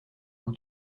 bout